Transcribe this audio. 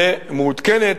מעודכנת,